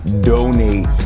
donate